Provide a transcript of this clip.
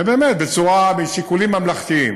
ובאמת, בשיקולים ממלכתיים,